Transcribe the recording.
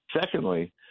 Secondly